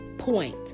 point